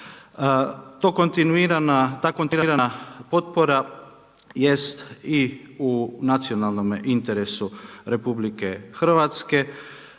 Ta kontinuirana potpora jest i u nacionalnome interesu Republike Hrvatske.